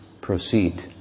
proceed